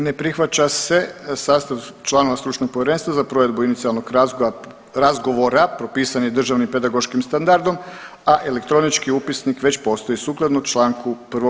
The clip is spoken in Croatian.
Ne prihvaća se sastav članova stručnog povjerenstva za provedbu inicijalnoga razgovora propisani državnim pedagoškim standardom, a elektronički upisnik već postoji sukladno članku 1a. zakona.